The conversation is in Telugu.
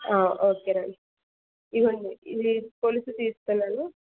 ఓకే అండి ఇవిగోండి ఇవి కొలిచి తీస్తున్నాను